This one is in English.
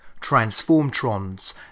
Transformtrons